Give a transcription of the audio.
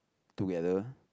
together